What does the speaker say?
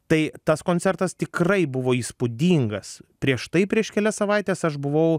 tai tas koncertas tikrai buvo įspūdingas prieš tai prieš kelias savaites aš buvau